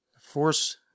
force